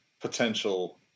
potential